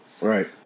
Right